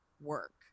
work